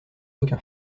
aucun